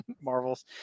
Marvels